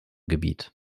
gebiet